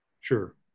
Sure